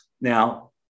Now